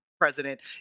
president